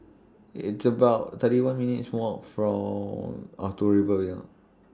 It's about thirty one minutes' Walk For Or to Rivervale